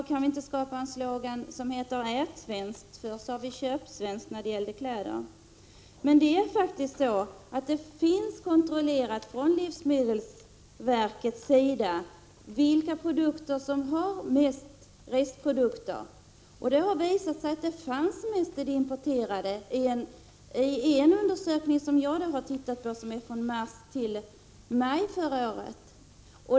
Vi kan väl skapa en slogan som lyder: ”Ät svenskt!” Vi har ju haft en slogan när det gäller kläder som lyder: ”Köp svenskt!” Men det har faktiskt gjorts en kontroll genom livsmedelsverket när det gäller vilka varor som har mest restprodukter, och det visade sig att det främst gällde de importerade varorna. Jag har studerat en undersökning som gäller tiden mars-maj förra året.